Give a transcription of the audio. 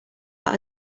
but